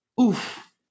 Oof